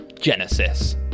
Genesis